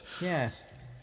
Yes